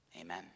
Amen